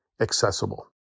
accessible